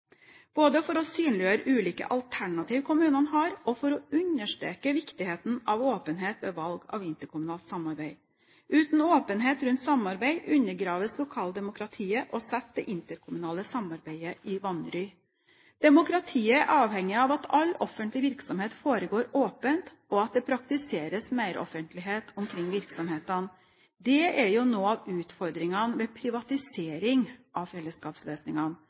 både for å synliggjøre ulike alternativer kommunene har, og for å understreke viktigheten av åpenhet ved valg av interkommunalt samarbeid. Uten åpenhet rundt samarbeid undergraves lokaldemokratiet og setter det interkommunale samarbeidet i vanry. Demokratiet er avhengig av at all offentlig virksomhet foregår åpent, og at det praktiseres meroffentlighet omkring virksomhetene. Det er jo noe av utfordringene ved privatisering av fellesskapsløsningene.